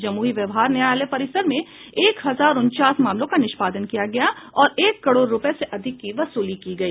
जमुई व्यवहार न्यायालय परिसर में एक हजार उनचास मामलों का निष्पादन किया गया और एक करोड़ रूपये से अधिक की वसूली की गई